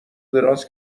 دراز